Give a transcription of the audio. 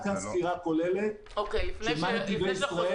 כאן סקירה כוללת של מה עושה נתיבי ישראל,